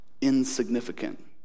insignificant